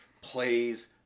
plays